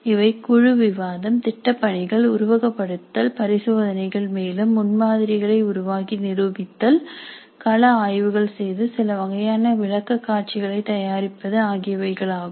இவை குழுவிவாதம் திட்டப்பணிகள் உருவகப்படுத்துதல் பரிசோதனைகள் மேலும் முன்மாதிரிகளை உருவாக்கி நிரூபித்தல் கள ஆய்வுகள் செய்து சிலவகையான விளக்க காட்சிகளை தயாரிப்பது ஆகியவைகளாகும்